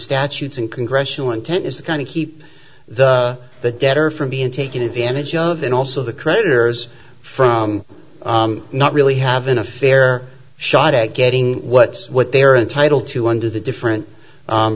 statutes and congressional intent is the kind of keep the the debtor from being taken advantage of and also the creditors from not really having a fair shot at getting what what they are entitled to under the different